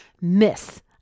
miss